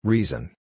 Reason